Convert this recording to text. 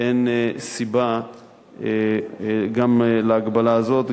אין סיבה גם להגבלה הזאת,